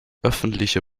öffentliche